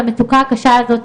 למצוקה הקשה הזאת,